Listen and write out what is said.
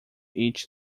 each